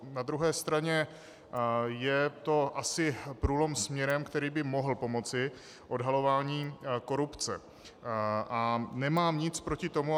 Na druhé straně je to asi průlom směrem, který by mohl pomoci v odhalování korupce, a nemám nic proti tomu.